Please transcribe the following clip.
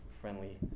friendly